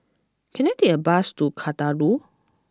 can I take a bus to Kadaloor